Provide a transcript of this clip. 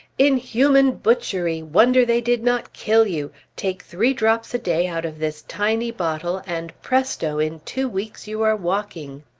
inhuman butchery! wonder they did not kill you! take three drops a day out of this tiny bottle, and presto! in two weeks you are walking!